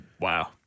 Wow